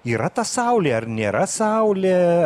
yra ta saulė ar nėra saulė